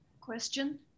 Question